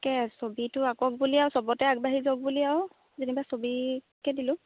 তাকে ছবিটো আঁকক বুলিয়ে আৰু সবতে আগবাঢ়ি যাওঁক বুলিয়ে আৰু যেনিবা ছবিকে দিলোঁ